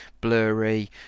Blurry